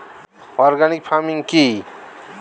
Organic farming কি?